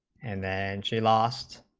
and then she lost